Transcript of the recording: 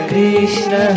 Krishna